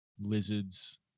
lizards